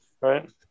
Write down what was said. Right